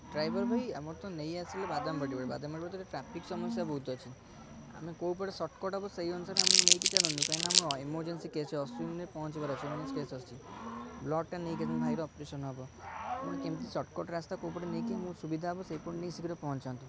driver ଭାଇ ଆମର ତ ନେଇ ଆସିଲେ ବାଦାମବାଡ଼ି ବାଦାମବାଡ଼ି ଟ୍ରାଫିକ୍ ସମସ୍ୟା ବହୁତ୍ ଅଛି ଆମେ କଉ ପଟେ ସର୍ଟକର୍ଟ ହେବ ସେଇ ଅନୁସାରେ ଆମକୁ ନେଇକି ଚାଲନ୍ତୁ କାହିଁଁକିନା ଆମ ଏମର୍ଜେନ୍ସି କେସ୍ ଅଛି ଅଶ୍ୱିନରେ ପହଞ୍ଚିବାର ଅଛି ଏମର୍ଜେନ୍ସି କେସ୍ ଅଛି ବ୍ଲଡ଼୍ ଟା ନେଇକି ଭାଇର ଅପରେସନ୍ ହେବ କ'ଣ କେମିତି ସର୍ଟକର୍ଟ ରାସ୍ତା କଉ ପଟେ ଆମକୁ ନେଇକି ଆମକୁ ସୁବିଧା ହେବ ସେଇପଟେ ନେଇକି ଶୀଘ୍ର ପହଞ୍ଚାନ୍ତୁ